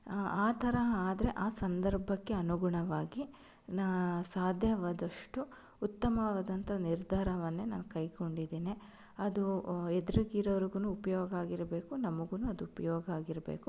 ಆ ಥರ ಆದರೆ ಆ ಸಂದರ್ಭಕ್ಕೆ ಅನುಗುಣವಾಗಿ ನಾನು ಸಾಧ್ಯವಾದಷ್ಟು ಉತ್ತಮವಾದಂಥ ನಿರ್ಧಾರವನ್ನೇ ನಾನು ಕೈಗೊಂಡಿದ್ದೇನೆ ಅದು ಎದ್ರುಗಿರೋರ್ಗು ಉಪಯೋಗ ಆಗಿರಬೇಕು ನಮಗು ಅದು ಉಪಯೋಗ ಆಗಿರಬೇಕು